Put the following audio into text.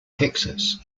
texas